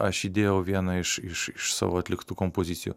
aš įdėjau vieną iš iš iš savo atliktų kompozicijų